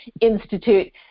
institute